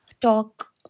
talk